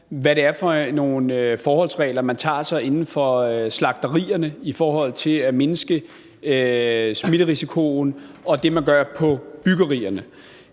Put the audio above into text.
hvad det er for nogle forholdsregler inden for slagterierne, man tager i forhold til at mindske smitterisikoen, og det, man gør på byggerierne.